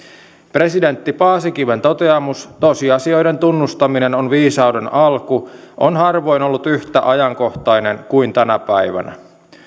presidentti paasikiven toteamus tosiasioiden tunnustaminen on viisauden alku on harvoin ollut yhtä ajankohtainen kuin tänä päivänä